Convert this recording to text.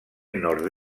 nord